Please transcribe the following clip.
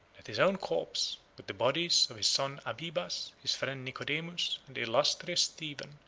that his own corpse, with the bodies of his son abibas, his friend nicodemus, and the illustrious stephen,